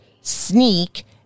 sneak